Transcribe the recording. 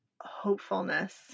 hopefulness